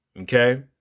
okay